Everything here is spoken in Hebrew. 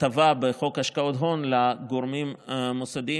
ההטבה בחוק השקעות הון לגורמים המוסדיים